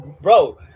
bro